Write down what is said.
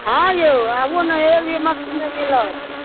हँ यौ आबू ने एक भी मक्खी नहि मिलत